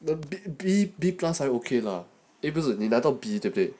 the B B plus 还 okay 了你来到 B 对不对